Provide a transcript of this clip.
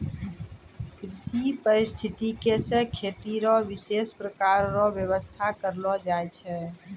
कृषि परिस्थितिकी से खेती रो विशेष प्रकार रो व्यबस्था करलो जाय छै